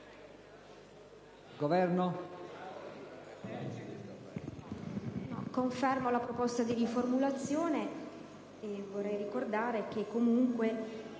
l'interno*. Confermo la proposta di riformulazione. Vorrei ricordare che comunque